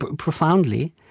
profoundly,